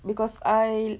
because I